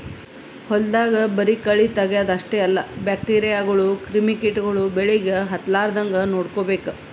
ಹೊಲ್ದಾಗ ಬರಿ ಕಳಿ ತಗ್ಯಾದ್ ಅಷ್ಟೇ ಅಲ್ಲ ಬ್ಯಾಕ್ಟೀರಿಯಾಗೋಳು ಕ್ರಿಮಿ ಕಿಟಗೊಳು ಬೆಳಿಗ್ ಹತ್ತಲಾರದಂಗ್ ನೋಡ್ಕೋಬೇಕ್